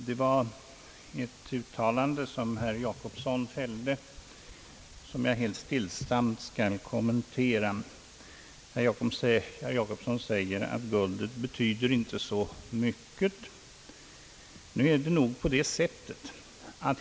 Herr talman! Jag skall helt stillsamt kommentera ett uttalande av herr Gösta Jacobsson. Han påstod att guldet inte betyder så mycket.